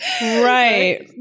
Right